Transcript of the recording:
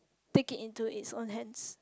take it into its on hands